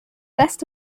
best